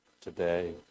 today